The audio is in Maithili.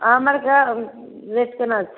आम आओरके रेट कोना छै